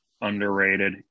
Underrated